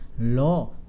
law